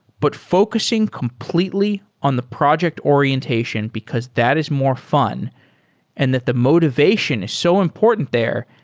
but focusing completely on the project or ientation, because that is more fun and that the motivation is so important there,